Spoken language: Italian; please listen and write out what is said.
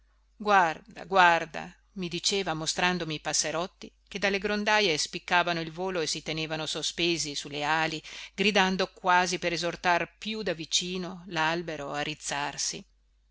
guarda guarda mi diceva mostrandomi i passerotti che dalle grondaje spiccavano il volo e si tenevano sospesi su le ali gridando quasi per esortar più da vicino lalbero a rizzarsi